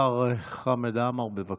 השר חמד עמאר, בבקשה.